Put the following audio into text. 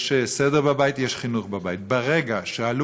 יש סדר בבית, יש חינוך בבית.